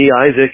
Isaac